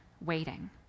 waiting